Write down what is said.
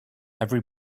every